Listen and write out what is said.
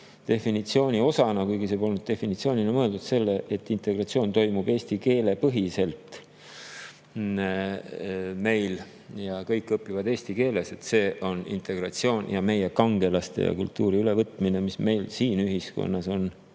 definitsiooni osana, kuigi see polnud definitsioonina mõeldud, selle, et integratsioon toimub eesti keele põhiselt meil, kõik õpivad eesti keeles. See on integratsioon ja meie kangelaste ja kultuuri ülevõtmine, mis meil siin ühiskonnas on